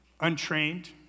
untrained